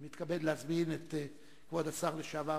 אני מתכבד להזמין את כבוד השר לשעבר,